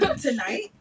Tonight